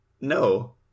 No